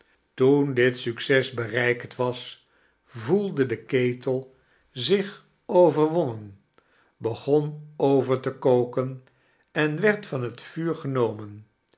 toen dit succes bereikt was voelde de ketel zich overwonnen begon over te koken en werd van het vuur genomen